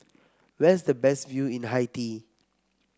where is the best view in Haiti